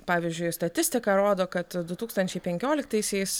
pavyzdžiui statistika rodo kad du tūkstančiai penkioliktaisiais